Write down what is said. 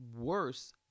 worse